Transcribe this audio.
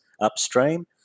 upstream